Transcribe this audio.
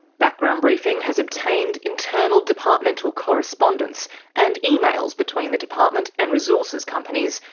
background briefing has obtained internal departmental correspondence and emails between the department and resources companies,